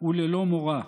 וללא מורא".